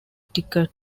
ticket